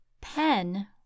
Pen